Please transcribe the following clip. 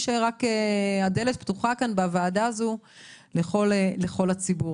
הדלת פתוחה כאן בוועדה הזו לכל הציבור.